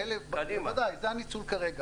ודאי, זה הניצול כרגע.